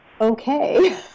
okay